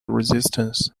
resistance